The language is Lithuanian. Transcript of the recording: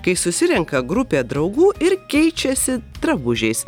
kai susirenka grupė draugų ir keičiasi drabužiais